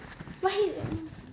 why he